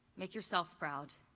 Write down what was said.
make yourself proud,